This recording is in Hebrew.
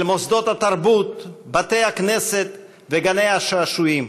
אל מוסדות התרבות, בתי-הכנסת וגני השעשועים